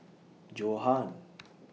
Johan